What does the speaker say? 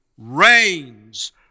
reigns